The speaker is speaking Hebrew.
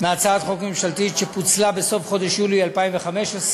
מהצעת חוק ממשלתית שפוצלה בסוף חודש יולי 2015,